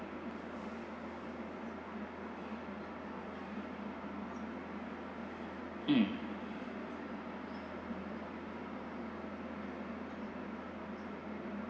mm